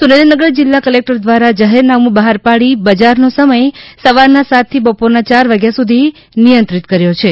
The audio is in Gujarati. સુરેન્દ્રનગર જિલ્લાકલેકટર દ્વારા જાહેરનામું બહાર પાડી બજારનો સમય સવારના સાતથી બપોરના ચાર વાગ્યાસુધી નિયંત્રિત કર્યો છે